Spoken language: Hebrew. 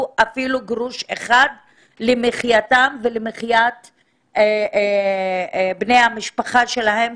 גרוש אחד למחייתן ולמחיית בני משפחותיהן,